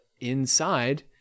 inside